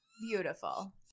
beautiful